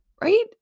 right